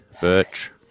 birch